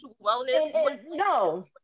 no